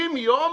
60 יום,